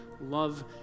love